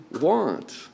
want